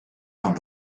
pan